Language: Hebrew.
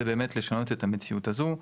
זה באמת לשנות את המציאות הזו,